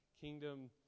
kingdom